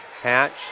Hatch